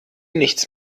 nichts